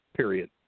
period